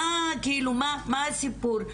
מה הסיפור?